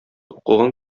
укыган